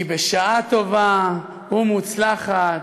כי בשעה טובה ומוצלחת